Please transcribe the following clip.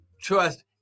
trust